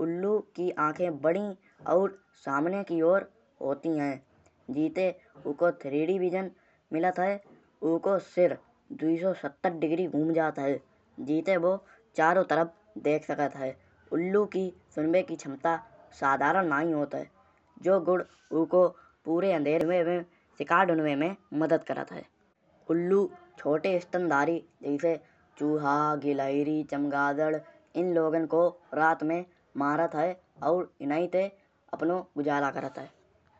उल्लू की आंखे बड़ी और सामने की ओर होती है। जीते उखो थ्री डी विजन मिलत है। उको शिर दो सौ सत्तर डिग्री घूम जात है। जीते वो चारो तरफ देख सकत है। उल्लू की सुनबे की क्षमता साधारण नाहीं होत है। जो गुण उको पूरे अँधेरे में शिकार ढूँढबे में मदद करात है। उल्लू छोटे स्तंधारी जैसे चूहा गिलहरी चमगादड़ एन लोगन को रात में मारत है और एनाई लोगन से गुजारा करात है।